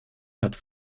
hat